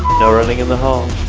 no running in the home